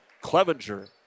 Clevenger